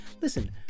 Listen